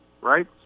right